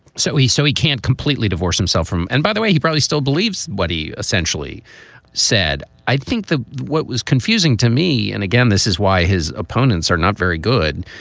so he's so he can't completely divorce himself from. and by the way, he probably still believes what he essentially said. i think that what was confusing to me. and again, this is why his opponents are not very good.